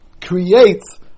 creates